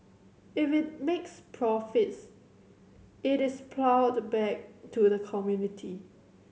if it makes profits it is ploughed back to the community